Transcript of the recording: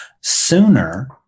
sooner